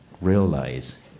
realize